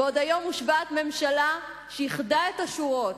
בעוד היום מושבעת ממשלה שאיחדה את השורות,